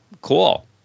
cool